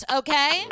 okay